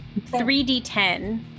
3d10